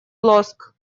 лоск